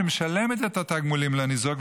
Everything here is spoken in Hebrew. שמשלמת את התגמולים לניזוק,